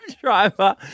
driver